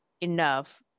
enough